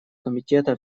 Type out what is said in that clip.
комитета